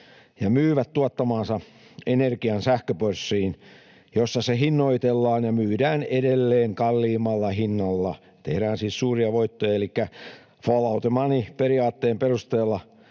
ja myyvät tuottamansa energian sähköpörssiin, jossa se hinnoitellaan ja myydään edelleen kalliimmalla hinnalla. Tehdään siis suuria voittoja. Elikkä follow the money -periaatteen perusteella